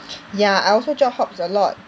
ya I also job hops a lot